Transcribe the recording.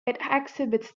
exhibits